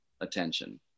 attention